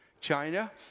China